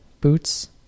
boots